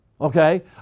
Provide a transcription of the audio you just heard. okay